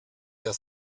der